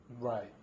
Right